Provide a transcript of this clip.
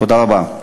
תודה רבה.